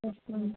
yes ma'am